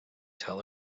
tell